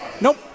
Nope